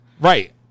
right